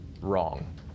Wrong